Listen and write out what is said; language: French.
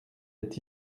est